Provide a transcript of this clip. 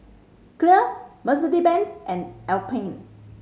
Clear Mercedes Benz and Alpen